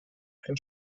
ein